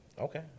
Okay